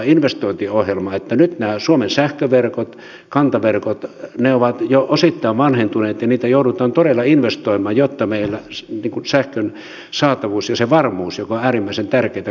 nyt nämä suomen sähköverkot kantaverkot ovat jo osittain vanhentuneita ja niihin joudutaan todella investoimaan jotta meillä sähkön saatavuus ja se varmuus joka on äärimmäisen tärkeätä kaikille toimii